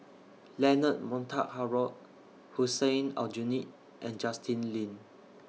Leonard Montague Harrod Hussein Aljunied and Justin Lean